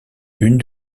une